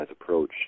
approach